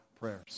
prayers